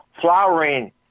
flowering